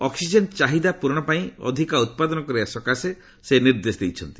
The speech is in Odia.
ଅକ୍ସିଜେନ୍ ଚାହିଦା ପୂରଣ ପାଇଁ ଅଧିକା ଉତ୍ପାଦନ କରିବା ସକାଶେ ସେ ନିର୍ଦ୍ଦେଶ ଦେଇଛନ୍ତି